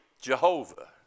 Jehovah